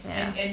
ya